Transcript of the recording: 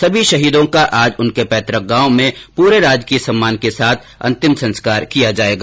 सभी शहीदों का आज उनके पैतुक गांव में पूरे राजकीय सम्मान के साथ अंतिम संस्कार किया जायेगा